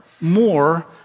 more